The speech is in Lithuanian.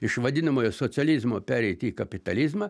iš vadinamojo socializmo pereiti į kapitalizmą